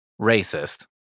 racist